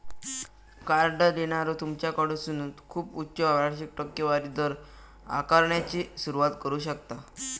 card देणारो तुमच्याकडसून खूप उच्च वार्षिक टक्केवारी दर आकारण्याची सुरुवात करू शकता